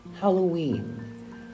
Halloween